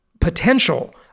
potential